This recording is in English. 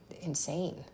insane